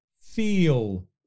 feel